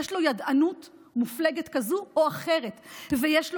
יש לו ידענות מופלגת כזו או אחרת ויש לו